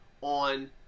on